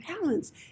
balance